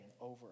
over